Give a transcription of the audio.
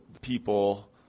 people